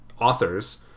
authors